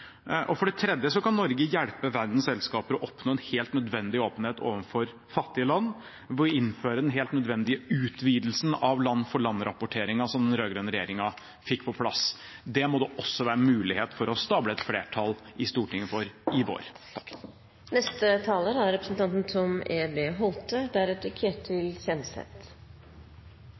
og for det tredje kan Norge hjelpe verdens selskaper å oppnå en helt nødvendig åpenhet overfor fattige land ved å innføre den helt nødvendige utvidelsen av land-for-land-rapporteringen som den rød-grønne regjeringen fikk på plass. Det må det også være mulig å stable opp et flertall for i Stortinget i vår. La meg først få benytte anledningen til å gi ros til Norges Bank og NBIM for det arbeidet som er